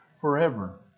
forever